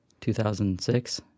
2006